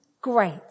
Great